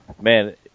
man